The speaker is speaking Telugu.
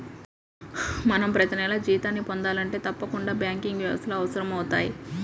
మనం ప్రతినెలా జీతాన్ని పొందాలంటే తప్పకుండా బ్యాంకింగ్ వ్యవస్థలు అవసరమవుతయ్